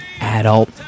adult